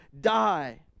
die